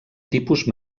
tipus